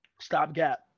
stopgap